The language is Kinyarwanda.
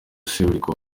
seburikoko